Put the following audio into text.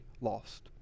lost